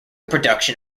production